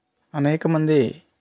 అనేక మంది